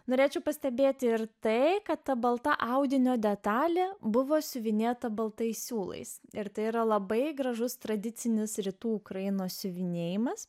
norėčiau pastebėti ir tai kad ta balta audinio detalė buvo siuvinėta baltais siūlais ir tai yra labai gražus tradicinis rytų ukrainos siuvinėjimas